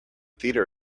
theater